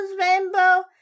Rainbow